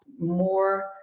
more